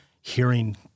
hearing